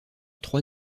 trois